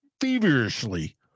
feverishly